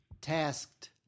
Tasked